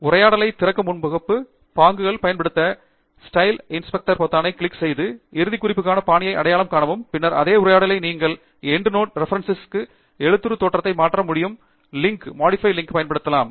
பாங்குகள் உரையாடலைத் திறக்கும் முகப்பு பாங்குகள் பயன்படுத்தவும் ஸ்டைல் இன்ஸ்பெக்டர் பொத்தானைக் கிளிக் செய்து இறுதி குறிப்புக்கான பாணியை அடையாளம் காணவும் பின்னர் அதே உரையாடலில் நீங்கள் எண்டுநோட் ரெபிரன்ஸ் ன் எழுத்துரு தோற்றத்தை மாற்ற மாடிபை லிங்க் ஐப் பயன்படுத்தலாம்